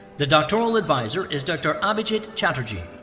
the doctoral advisor is dr. abhijit chatterjee.